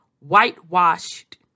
whitewashed